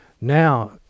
Now